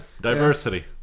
diversity